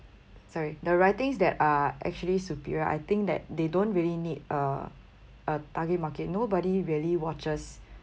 sorry the writings that are actually superior I think that they don't really need a a target market nobody really watches